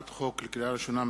לקריאה ראשונה,